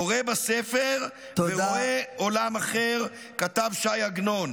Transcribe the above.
קורא בספר ורואה עולם אחר", כתב ש"י עגנון.